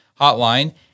hotline